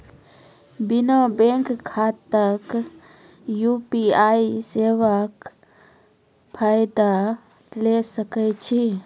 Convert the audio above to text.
बिना बैंक खाताक यु.पी.आई सेवाक फायदा ले सकै छी?